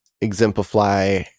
exemplify